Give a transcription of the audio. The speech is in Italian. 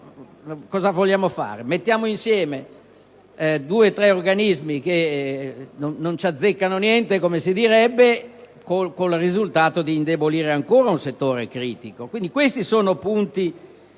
cosa vogliamo fare? Mettiamo insieme due o tre organismi che non ci azzeccano niente - come si suol dire - con il risultato di indebolire ulteriormente un settore critico. Questi, quindi,